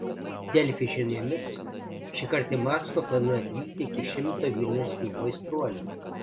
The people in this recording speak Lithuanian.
delfi žiniomis šįkart į maskvą planuoja atvykti iki šimto vilniaus klubo aistruolių